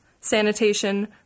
sanitation